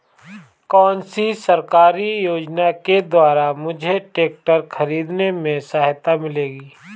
कौनसी सरकारी योजना के द्वारा मुझे ट्रैक्टर खरीदने में सहायता मिलेगी?